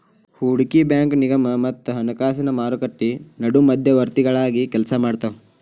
ಹೂಡಕಿ ಬ್ಯಾಂಕು ನಿಗಮ ಮತ್ತ ಹಣಕಾಸಿನ್ ಮಾರುಕಟ್ಟಿ ನಡು ಮಧ್ಯವರ್ತಿಗಳಾಗಿ ಕೆಲ್ಸಾಮಾಡ್ತಾವ